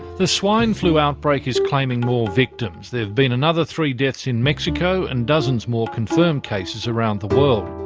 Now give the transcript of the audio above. the swine flu outbreak is claiming more victims. there have been another three deaths in mexico and dozens more confirmed cases around the world.